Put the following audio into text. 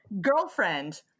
girlfriend